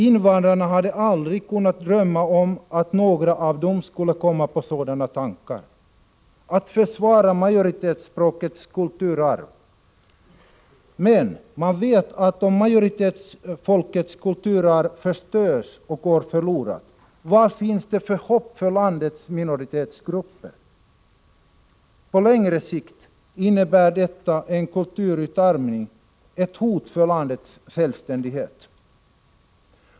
Invandrarna hade aldrig kunnat drömma om att några av dem skulle komma på tanken att försvara majoritetsspråkets kulturarv. Men om majoritetsfolkets kulturarv förstörs och går förlorat — vad finns det då för hopp för landets minoritetsgrupper? På längre sikt innebär detta en kulturutarmning, ett hot mot landets självständighet.